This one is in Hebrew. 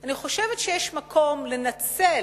אני חושבת שיש מקום לנצל